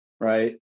right